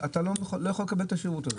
אתה לא יכול לקבל את השירותים.